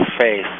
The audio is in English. face